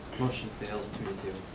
motion fails two to two.